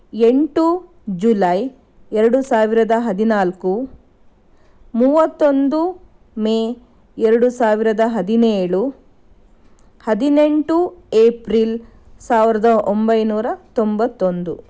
ಎಂಟು ಜುಲೈ ಎರಡು ಸಾವಿರದ ಹದಿನಾಲ್ಕು ಮೂವತ್ತೊಂದು ಮೇ ಎರಡು ಸಾವಿರದ ಹದಿನೇಳು ಹದಿನೆಂಟು ಏಪ್ರಿಲ್ ಸಾವಿರದ ಒಂಬೈನೂರ ತೊಂಬತ್ತೊಂದು